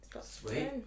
sweet